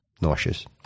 Nauseous